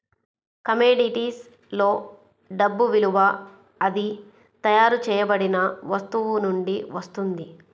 commodities లో డబ్బు విలువ అది తయారు చేయబడిన వస్తువు నుండి వస్తుంది